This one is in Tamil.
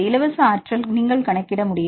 இலவச ஆற்றல் நீங்கள் கணக்கிட முடியும்